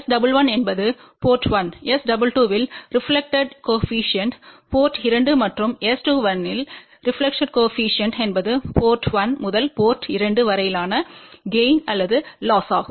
S11என்பது port 1 S22இல் reflected coefficient port 2 மற்றும் S21இல் ரெப்லக்டெட்ப்பு கோஏபிசிஎன்ட் என்பது போர்ட் 1 முதல் போர்ட் 2 வரையிலான கெய்ன் அல்லது லொஸ் ஆகும்